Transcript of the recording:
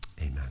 amen